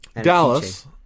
Dallas